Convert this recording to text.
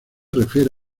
refiere